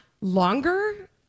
longer